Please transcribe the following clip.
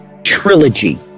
trilogy